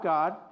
God